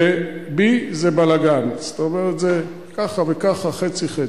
ו-B זה בלגן, זאת אומרת זה ככה וככה, חצי-חצי.